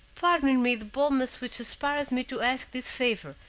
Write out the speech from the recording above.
pardon in me the boldness which inspires me to ask this favor,